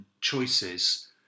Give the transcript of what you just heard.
choices